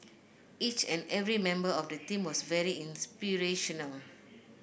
each and every member of the team was very inspirational